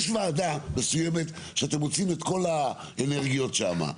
יש ועדה מסוימת שאתם מוציאים את כל האנרגיות שמה,